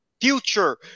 future